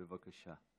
בבקשה.